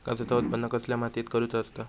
काजूचा उत्त्पन कसल्या मातीत करुचा असता?